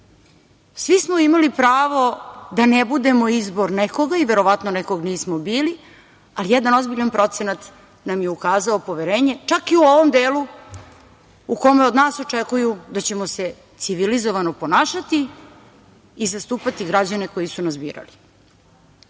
Svi smo imali pravo da ne budemo izbor nekoga i verovatno nekog nismo bili, ali jedan ozbiljan procenat nam je ukazao poverenje, čak i u ovom delu u kome od nas očekuju da ćemo se civilizovano ponašati i zastupati građane koji su nas birali. Kodeks